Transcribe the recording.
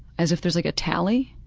as if there's like a tally,